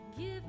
Give